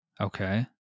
okay